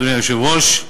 אדוני היושב-ראש,